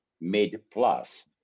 mid-plus